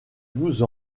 douze